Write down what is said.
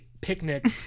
picnic